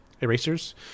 erasers